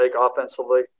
offensively